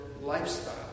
lifestyle